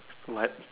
what